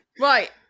Right